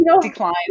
decline